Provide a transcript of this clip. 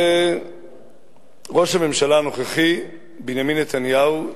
וראש הממשלה הנוכחי, בנימין נתניהו,